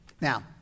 Now